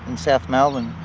and south melbourne.